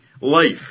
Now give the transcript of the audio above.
life